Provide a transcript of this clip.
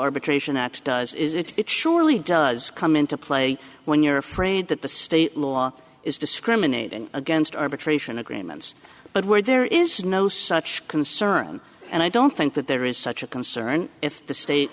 arbitration act does is it it surely does come into play when you're afraid that the state law is discriminating against arbitration agreements but where there is no such concern and i don't think that there is such a concern if the state